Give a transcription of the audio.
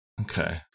Okay